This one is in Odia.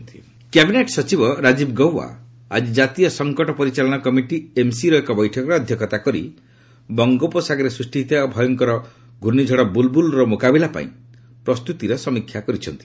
ସିଏବିଏସ୍ଇସି ଏନ୍ସିଏମ୍ସି କ୍ୟାବିନେଟ୍ ସଚିବ ରାଜୀବ ଗୌବା ଆଜି ଜାତୀୟ ସଂକଟ ପରିଚାଳନା କମିଟି ଏନ୍ସିଏମ୍ସିର ଏକ ବୈଠକରେ ଅଧ୍ୟକ୍ଷତା କରି ବଙ୍ଗୋପସାଗରରେ ସୃଷ୍ଟି ହୋଇଥିବା ଭୟଙ୍କର ଘର୍ଷିଝଡ଼ ବୁଲ୍ବୁଲ୍ର ମୁକାବିଲା ପାଇଁ ପ୍ରସ୍ତୁତିର ସମୀକ୍ଷା କରିଛନ୍ତି